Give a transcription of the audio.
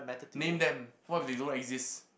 name them what if they don't exist